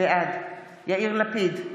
בעד יאיר לפיד,